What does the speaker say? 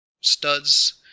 studs